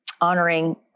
honoring